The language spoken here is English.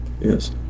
Yes